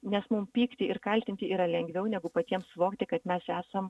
nes mum pykti ir kaltinti yra lengviau negu patiems suvokti kad mes esam